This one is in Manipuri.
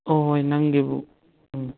ꯍꯣꯏ ꯍꯣꯏ ꯅꯪꯒꯤꯕꯨ ꯎꯝ